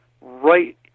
right